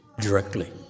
directly